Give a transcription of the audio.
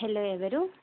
hello ఎవరు